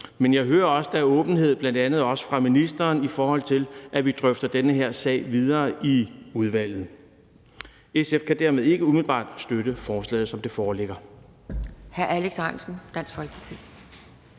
Men jeg hører også, at der er åbenhed, bl.a. også fra ministeren, i forhold til at vi drøfter den her sag videre i udvalget. SF kan dermed ikke umiddelbart støtte forslaget, som det foreligger. Kl. 11:54 Anden næstformand